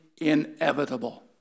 inevitable